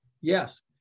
Yes